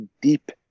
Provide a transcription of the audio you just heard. deep